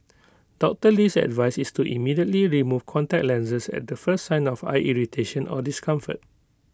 Doctor Lee's advice is to immediately remove contact lenses at the first sign of eye irritation or discomfort